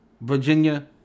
Virginia